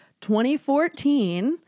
2014